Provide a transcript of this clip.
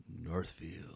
Northfield